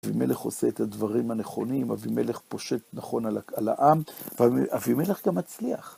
אבימלך עושה את הדברים הנכונים, אבימלך פושט נכון על העם, ואבימלך גם מצליח.